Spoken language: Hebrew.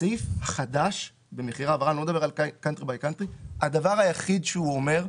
הסעיף חדש במחירי העברה, הדבר היחיד שהוא אומר,